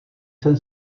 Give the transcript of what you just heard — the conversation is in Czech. jsem